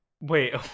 Wait